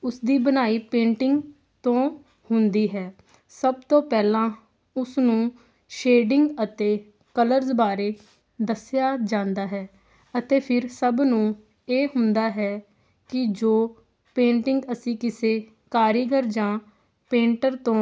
ਉਸਦੀ ਬਣਾਈ ਪੇਂਟਿੰਗ ਤੋਂ ਹੁੰਦੀ ਹੈ ਸਭ ਤੋਂ ਪਹਿਲਾਂ ਉਸ ਨੂੰ ਸ਼ੇਡਿੰਗ ਅਤੇ ਕਲਰਸ ਬਾਰੇ ਦੱਸਿਆ ਜਾਂਦਾ ਹੈ ਅਤੇ ਫਿਰ ਸਭ ਨੂੰ ਇਹ ਹੁੰਦਾ ਹੈ ਕਿ ਜੋ ਪੇਂਟਿੰਗ ਅਸੀਂ ਕਿਸੇ ਕਾਰੀਗਰ ਜਾਂ ਪੇਂਟਰ ਤੋਂ